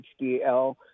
HDL